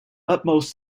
utmost